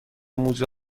موزه